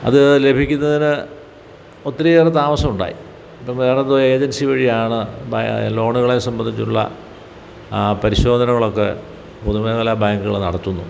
അതു ലഭിക്കുന്നതിന് ഒത്തിരിയേറെ താമസമുണ്ടായി അതു വേറെന്തോ ഏജൻസി വഴിയാണ് ബാ ലോണുകളെ സംബന്ധിച്ചുള്ള ആ പരിശോധനകളൊക്കെ പൊതുമേഖലാ ബാങ്കുകൾ നടത്തുന്നത്